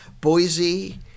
Boise